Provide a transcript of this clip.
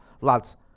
lads